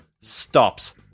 stops